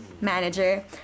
manager